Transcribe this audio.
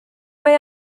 mae